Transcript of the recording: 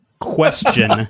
question